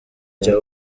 cya